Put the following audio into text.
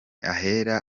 ahera